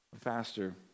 Faster